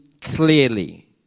clearly